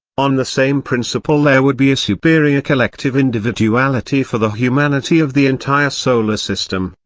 on the same principle there would be a superior collective individuality for the humanity of the entire solar system,